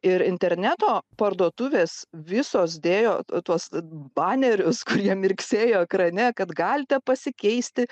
ir interneto parduotuvės visos dėjo tuos banerius kurie mirksėjo ekrane kad galite pasikeisti